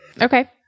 Okay